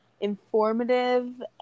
informative